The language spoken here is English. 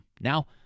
now